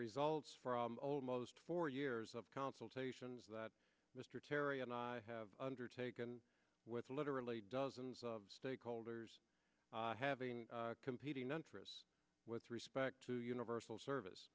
results from almost four years of consultations that mr terry and i have undertaken with literally dozens of stakeholders having competing interests with respect to universal service